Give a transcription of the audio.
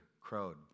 crowed